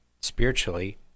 Spiritually